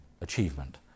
achievement